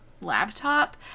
laptop